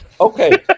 Okay